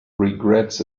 regrets